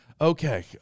okay